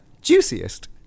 juiciest